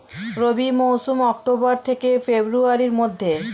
রবি মৌসুম অক্টোবর থেকে ফেব্রুয়ারির মধ্যে